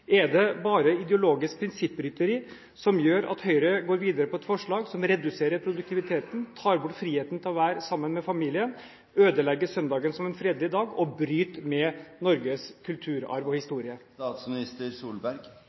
Er det bare ideologisk prinsipprytteri som gjør at Høyre går videre med et forslag der man reduserer produktiviteten, tar bort friheten til å være sammen med familien, ødelegger søndagen som en fredelig dag og bryter med Norges kulturarv og